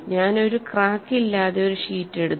ഞാൻ ഒരു ക്രാക്ക് ഇല്ലാതെ ഒരു ഷീറ്റ് എടുത്തു